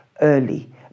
early